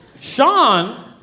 Sean